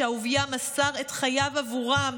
שאהוביה מסר את חייו עבורם,